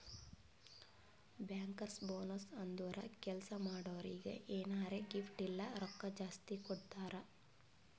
bankers bonus ಅಂದುರ್ ಕೆಲ್ಸಾ ಮಾಡೋರಿಗ್ ಎನಾರೇ ಗಿಫ್ಟ್ ಇಲ್ಲ ರೊಕ್ಕಾ ಜಾಸ್ತಿ ಕೊಡ್ತಾರ್